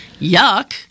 yuck